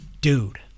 Dude